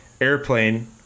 Airplane